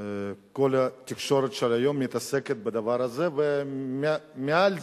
שבעה תומכים, אין מתנגדים, אין נמנעים.